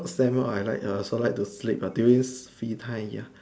same loh I like I also like to sleep ya during free time ya